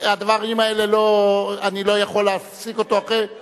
הדברים האלה, אני לא יכול להפסיק אותו אחרי, רק